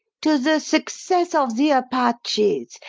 to the success of the apaches,